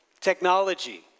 Technology